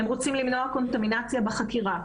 הם רוצים למנוע קונטמינמציה בחקירה.